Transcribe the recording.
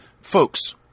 Folks